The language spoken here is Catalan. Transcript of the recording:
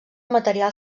material